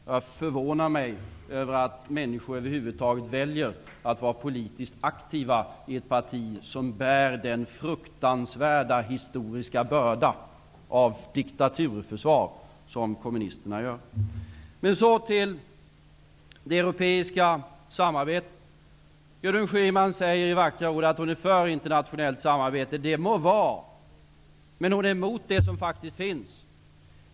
Det förvånar mig att människor över huvud taget väljer att vara politiskt aktiva i ett parti som bär den fruktansvärda historiska börda av diktaturförsvar som kommunisterna gör. Låt mig sedan gå över till det europeiska samarbetet. Gudrun Schyman säger i vackra ord att hon är för internationellt samarbete. Det må vara, men hon är emot det som faktiskt finns.